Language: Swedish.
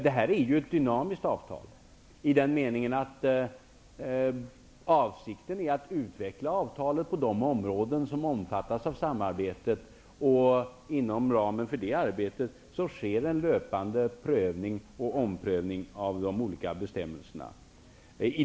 Detta är ett dynamiskt avtal i den meningen att avsikten är att utveckla avtalet på de områden som omfattas av samarbetet. Inom ramen för detta arbete sker en löpande prövning och omprövning av de olika bestämmelserna.